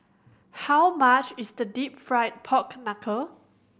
how much is the Deep Fried Pork Knuckle